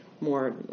more